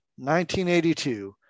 1982